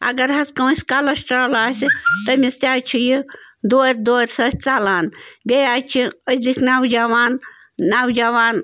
اگر حظ کانٛسہِ کَلَسٹرال آسہِ تٔمِس تہِ حظ چھِ یہِ دورِ دورِ سۭتۍ ژلان بیٚیہِ حظ چھِ أزِکۍ نَوجَوان نَوجَوان